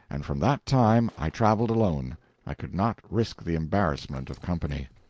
and from that time i traveled alone i could not risk the embarrassment of company.